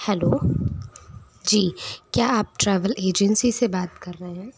hello जी क्या आप ट्रैवल एजेंसी से बात कर रहे हैं